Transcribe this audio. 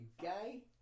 gay